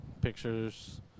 pictures